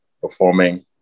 performing